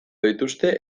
dituzte